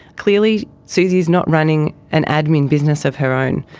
clearly susie is not running an admin business of her own.